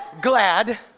glad